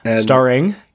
starring